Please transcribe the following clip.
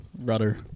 Rudder